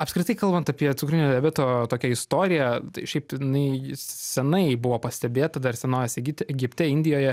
apskritai kalbant apie cukrinio diabeto tokią istoriją tai šiaip tai jinai senai buvo pastebėta dar senovės egipte egipte indijoje